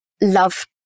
love